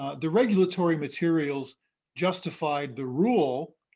the regulatory materials justified the rule